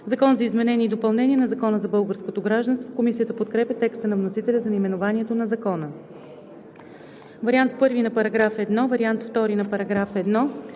„Закон за изменение и допълнение на Закона за българското гражданство“.“ Комисията подкрепя текста на вносителя за наименованието на Закона. Вариант І на § 1 и вариант ІІ на § 1.